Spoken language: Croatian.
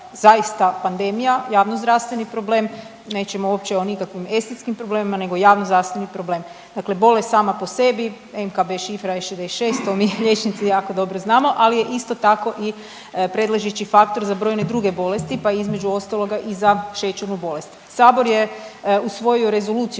zaista pandemija, javni zdravstveni problem. Nećemo uopće o nikakvim estetskim problemima nego javni zdravstveni problem. Dakle, bolest sama po sebi NKB šifra je 66 to mi liječnici jako dobro znamo, ali je isto tako i predležeći faktor za brojne druge bolesti pa između ostaloga i za šećernu bolest. Sabor je usvojio Rezoluciju